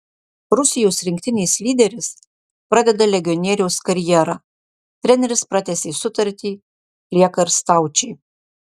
rusijos rinktinės lyderis pradeda legionieriaus karjerą treneris pratęsė sutartį lieka ir staučė